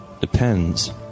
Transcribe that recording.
depends